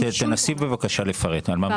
כן, תנסי בבקשה לפרט על מה מדובר.